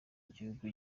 igihugu